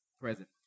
present